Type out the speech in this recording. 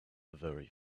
very